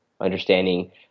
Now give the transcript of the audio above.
understanding